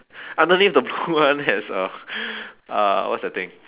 underneath the blue one there's a uh what's that thing